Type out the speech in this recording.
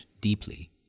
deeply